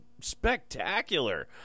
spectacular